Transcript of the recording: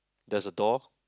there's a door